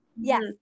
Yes